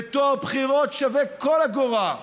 וטוהר הבחירות שווה כל אגורה,